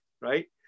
right